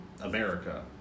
America